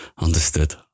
understood